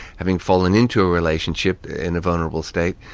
having fallen into a relationship in a vulnerable state,